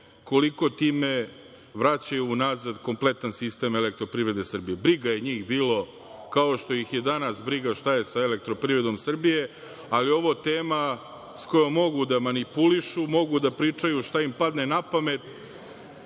koliko time vraćaju unazad kompletan sistem „Elektroprivrede Srbije“. Briga je njih bilo, kao što ih je danas briga šta je sa „Elektroprivredom Srbije“, ali ovo je tema s kojom mogu da manipulišu, mogu da pričaju šta im padne napamet,